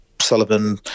Sullivan